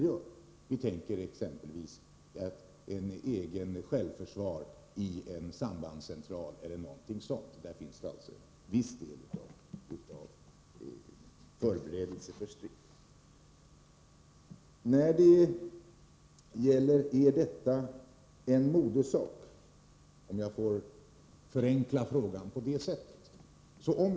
Man kan ta exemplet med självförsvar vid exempelvis en sambandscentral. Härvidlag finns det i viss utsträckning förberedelse för strid. Är då detta en modesak, om jag får förenkla frågan på det sättet?